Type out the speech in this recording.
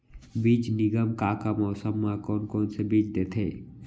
बीज निगम का का मौसम मा, कौन कौन से बीज देथे?